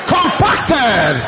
Compacted